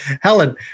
Helen